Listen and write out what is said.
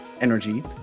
energy